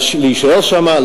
להישאר שם,